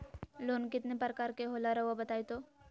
Loan कितने पारकर के होला रऊआ बताई तो?